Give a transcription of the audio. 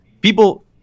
people